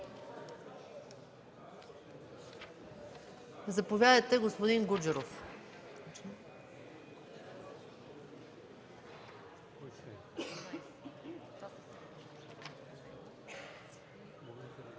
Заповядайте, господин Гуджеров.